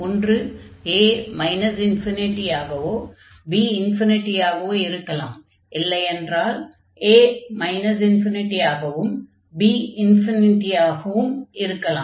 ஒன்று a ∞ ஆகவோ b ஆகவோ இருக்கலாம் இல்லையென்றால் a ∞ ஆகவும் b ஆகவும் இருக்கலாம்